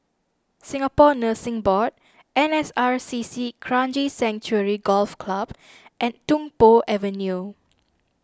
Singapore Nursing Board N S R C C Kranji Sanctuary Golf Club and Tung Po Avenue